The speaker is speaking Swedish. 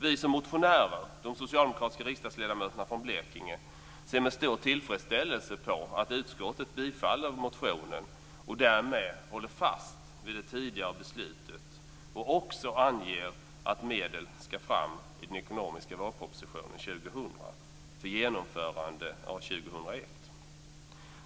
Vi motionärer, de socialdemokratiska riksdagsledamöterna från Blekinge, ser med stor tillfredsställelse på att utskottet bifaller motionen och därmed håller fast vid det tidigare beslutet, och också anger att medel ska fram i den ekonomiska vårpropositionen år 2000 för genomförande år 2001.